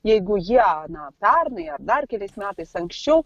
jeigu jie na pernaiar dar keliais metais anksčiau